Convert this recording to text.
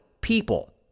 people